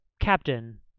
captain